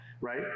right